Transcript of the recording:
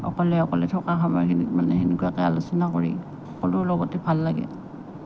অকলে অকলে থকা সময়খিনিত মানে সেনেকুৱাকৈ আলোচনা কৰি সকলোৰ লগতে ভাল লাগে